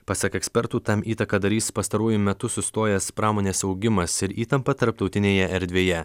pasak ekspertų tam įtaką darys pastaruoju metu sustojęs pramonės augimas ir įtampa tarptautinėje erdvėje